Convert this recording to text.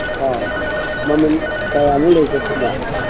ꯑꯧ ꯃꯃꯟ ꯀꯌꯥꯃꯨꯛ ꯂꯩꯕ ꯑꯗꯨꯅ